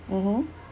mmhmm